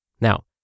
Now